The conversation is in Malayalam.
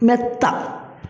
മെത്ത